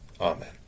Amen